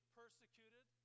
persecuted